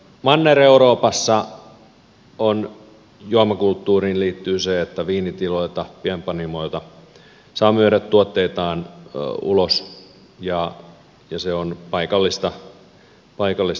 manner euroopassa juomakulttuuriin liittyy se että viinitilat pienpanimot saavat myydä tuotteitaan ulos ja se on paikallista toimintaa